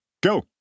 go